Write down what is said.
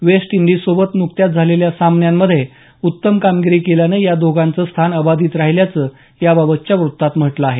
waste इंडीजसोबत नुकत्याच झालेल्या सामन्यांमध्ये उत्तम कामगिरी केल्यानं या दोघांचं स्थान अबाधित राहिल्याचं याबाबतच्या वृत्तात म्हटलं आहे